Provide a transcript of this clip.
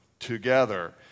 together